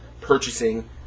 purchasing